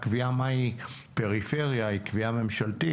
הקביעה מה היא פריפריה היא קביעה ממשלתית.